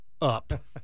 up